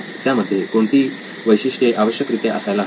त्यामध्ये कोणती ती वैशिष्ट्ये आवश्यकरित्या असायला हवीत